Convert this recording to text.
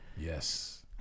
Yes